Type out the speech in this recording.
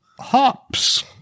hops